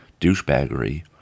douchebaggery